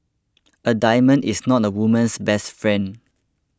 a diamond is not a woman's best friend